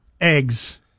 Eggs